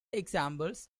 examples